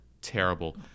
terrible